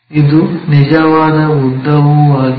ಇದು ನಿಜವಾದ ಉದ್ದವೂ ಆಗಿದೆ